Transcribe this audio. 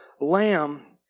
lamb